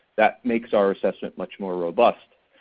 that makes our assessment much more robust.